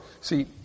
See